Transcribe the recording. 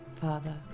Father